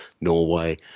norway